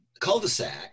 cul-de-sac